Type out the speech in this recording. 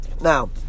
Now